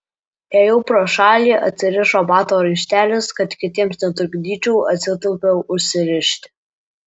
ėjau pro šalį atsirišo bato raištelis kad kitiems netrukdyčiau atsitūpiau užsirišti